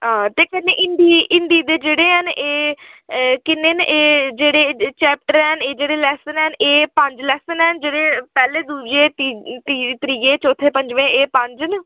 हां ते कन्ने हिंदी हिंदी दे जेह्ड़े हैन एह् किन्ने न एह् जेह्ड़े चैप्टर हैन एह् जेह्ड़े लैसन हैन एह् पंज लैसन हैन जेह्ड़े पैह्ले दूए त्रीये चोथै पंजमें एह् पंज न